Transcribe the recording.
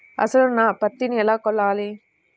అసలు నా పత్తిని ఎలా కొలవాలి?